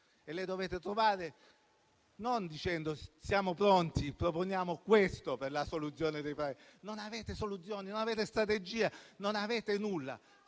e le dovete trovare, ma non dicendo che siete pronti e proponete questo per la soluzione dei problemi. Non avete soluzioni, non avete strategia, non avete nulla.